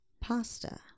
Pasta